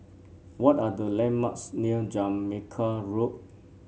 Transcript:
what are the landmarks near Jamaica Road